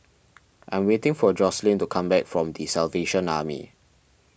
I am waiting for Jocelynn to come back from the Salvation Army